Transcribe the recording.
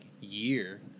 year